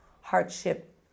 hardship